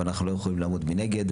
ואנחנו לא יכולים לעמוד מנגד.